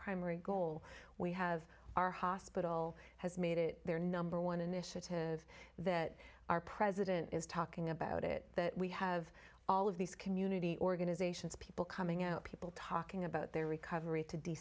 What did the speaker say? primary goal we have our hospital has made it their number one initiative that our president is talking about it that we have all of these community organizations people coming out people talking about their recovery